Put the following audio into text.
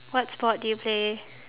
what sport do you play